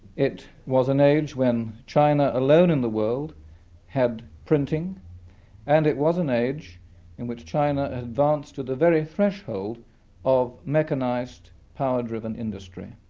it was an age when china alone in the world had printing and it was an age in which china advanced to the very threshold of mechanised power-driven industry.